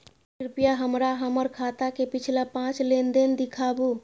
कृपया हमरा हमर खाता के पिछला पांच लेन देन दिखाबू